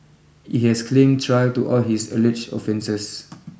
he has claim trial to all his alleged offences